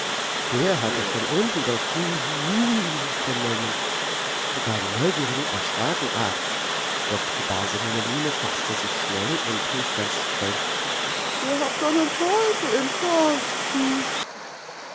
der hatte schon unten das uhuhuuuh vernommen die beiden neugierigen erschraken arg doch die base mummeline faßte sich schnell und rief ganz streng ihr habt einen teufel im kasten